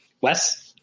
Wes